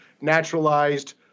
naturalized